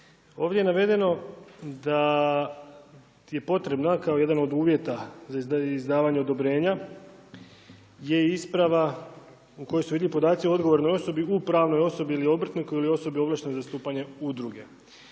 ovdje je navedeno da je potrebno kao jedan od uvjeta za izdavanje odobrenja je isprava u kojoj su vidljivi podaci o odgovornoj osobi u pravnoj osobi ili obrtniku ili osobi ovlaštenoj za zastupanje udruge.